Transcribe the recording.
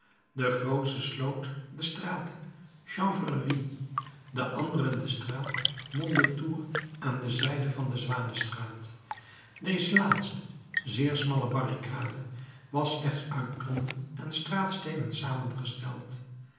de grootste sloot de straat chanvrerie de andere de straat mondétour aan de zijde van de zwanestraat deze laatste zeer smalle barricade was slechts uit tonnen en straatsteenen samengesteld